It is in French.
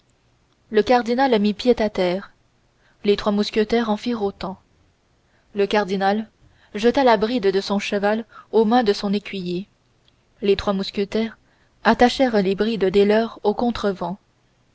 le cardinal mit pied à terre les trois mousquetaires en firent autant le cardinal jeta la bride de son cheval aux mains de son écuyer les trois mousquetaires attachèrent les brides des leurs aux contrevents